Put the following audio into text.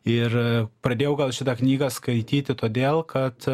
ir pradėjau gal šitą knygą skaityti todėl kad